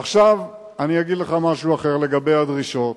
עכשיו אני אגיד לך משהו אחר, לגבי הדרישות,